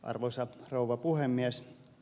arvoisa rouva puhemies